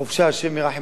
השם ירחם על עם ישראל.